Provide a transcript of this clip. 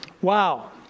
Wow